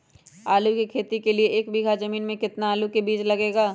आलू की खेती के लिए एक बीघा जमीन में कितना आलू का बीज लगेगा?